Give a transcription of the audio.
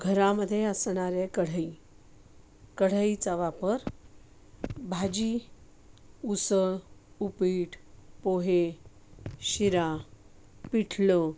घरामध्ये असणारे कढई कढईचा वापर भाजी उसळ उपीट पोहे शिरा पिठलं